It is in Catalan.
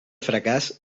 fracàs